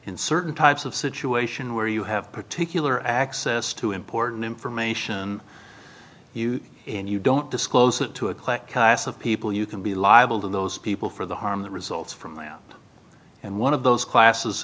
in certain types of situation where you have particular access to important information you and you don't disclose it to a collector of people you can be liable to those people for the harm that results from them and one of those classes